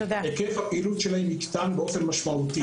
היקף הפעילות שלהם יקטן באופן משמעותי.